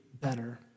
better